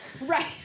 Right